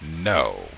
no